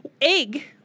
egg